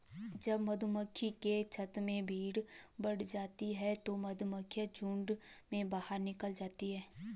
जब मधुमक्खियों के छत्ते में भीड़ बढ़ जाती है तो मधुमक्खियां झुंड में बाहर निकल आती हैं